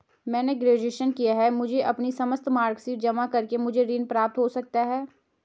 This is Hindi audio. मैंने ग्रेजुएशन किया है मुझे अपनी समस्त मार्कशीट जमा करके मुझे ऋण प्राप्त हो सकता है?